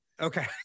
Okay